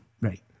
Right